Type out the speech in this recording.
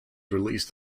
released